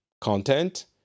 content